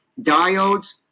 diodes